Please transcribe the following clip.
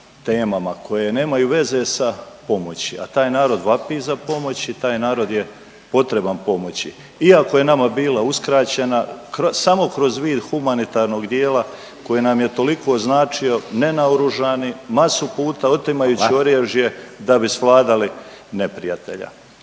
temama koje nemaju veze sa pomoći, a taj narod vapi za pomoći, taj narod je potreban pomoći. Iako je nama bila uskraćena samo kroz vid humanitarnog dijela koje nam je toliko značio ne naoružani, masu puta otimajući oružje da bi svladali neprijatelja.